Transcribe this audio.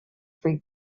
free